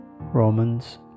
Romans